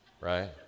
Right